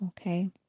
okay